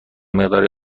مقداری